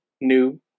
new